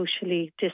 socially